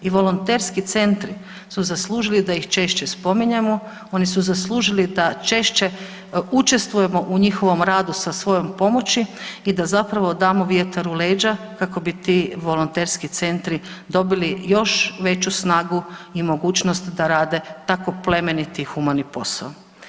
I volonterski centri su zaslužili da ih češće spominjemo, oni su zaslužili da češće učestvujemo u njihovom radu sa svojom pomoći i da zapravo damo vjetar u leđa kako bi ti volonterski centri dobili još veću snagu i mogućnost da rade tako plemeniti humani posao.